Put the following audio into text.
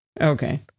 Okay